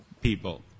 people